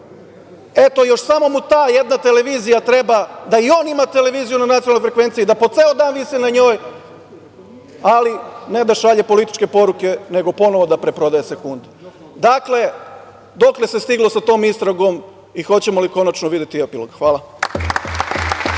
eto, još samo mu ta jedna televizija treba, da i on ima televiziju na nacionalnoj frekvenciji, da po ceo dan visi na njoj, ali ne da šalje političke poruke nego ponovo da preprodaje sekunde. Dakle, dokle se stiglo sa tom istragom i hoćemo li konačno videti epilog? Hvala.